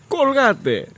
Colgate